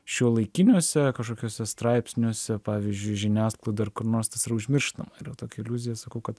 šiuolaikiniuose kažkokiuose straipsniuose pavyzdžiui žiniasklaida ar kur nors tas yra užmirštama yra tokia iliuzija sakau kad